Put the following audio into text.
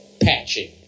patching